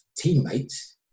Teammates